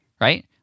right